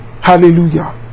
Hallelujah